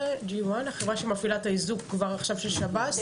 החברה שמפעילה את האיזוק כבר עכשיו של שב"ס,